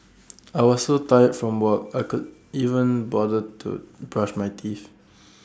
I was so tired from work I could even bother to brush my teeth